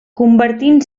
convertint